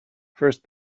first